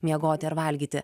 miegoti ar valgyti